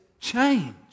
change